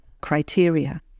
criteria